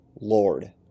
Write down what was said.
Lord